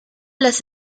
las